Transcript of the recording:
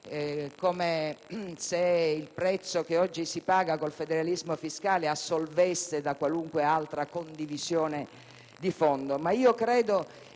come se il prezzo che oggi si paga con il federalismo fiscale assolvesse da qualunque altra condivisione di fondo.